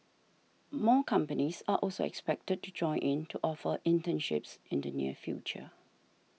more companies are also expected to join in to offer internships in the near future